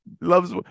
loves